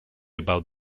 about